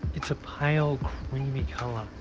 it's a pale creamy colour,